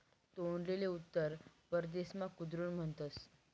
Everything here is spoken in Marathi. तोंडलीले उत्तर परदेसमा कुद्रुन म्हणतस